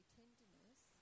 tenderness